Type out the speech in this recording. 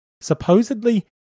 supposedly